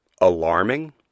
alarming